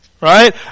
right